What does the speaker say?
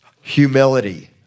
Humility